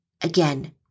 Again